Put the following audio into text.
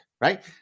right